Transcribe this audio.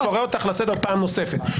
אני קורא אותך לסדר פעם נוספת.